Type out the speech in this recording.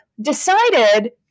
decided